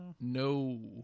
no